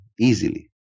easily